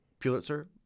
Pulitzer